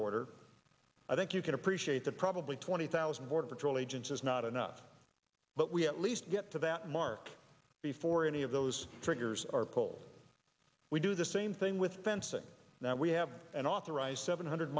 border i think you can appreciate that probably twenty thousand border patrol agents is not enough but we at least get to that mark before any of those triggers are polled we do the same thing with fencing now we have an authorized seven hundred